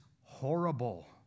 horrible